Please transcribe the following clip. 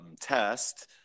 test